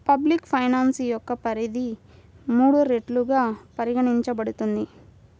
public finance యొక్క పరిధి మూడు రెట్లుగా పరిగణించబడుతుంది